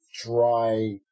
dry